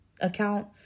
account